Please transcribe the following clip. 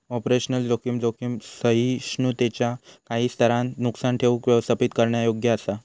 operational जोखीम, जोखीम सहिष्णुतेच्यो काही स्तरांत नुकसान ठेऊक व्यवस्थापित करण्यायोग्य असा